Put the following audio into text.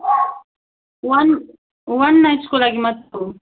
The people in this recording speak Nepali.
वान वान नाइट्सको लागि मात्रै हो